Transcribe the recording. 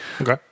Okay